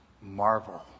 marvel